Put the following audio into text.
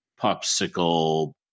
Popsicle